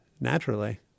naturally